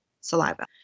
saliva